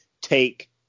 take